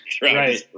right